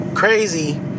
crazy